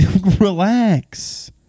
Relax